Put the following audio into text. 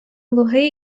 луги